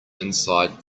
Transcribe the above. inside